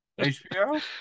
HBO